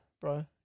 bro